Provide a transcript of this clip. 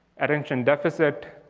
attention deficit,